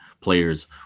players